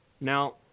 Now